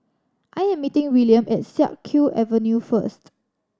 I am meeting Wiliam at Siak Kew Avenue first